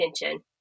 attention